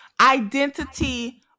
Identity